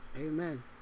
Amen